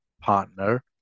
partner